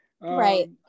Right